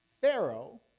Pharaoh